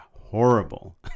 horrible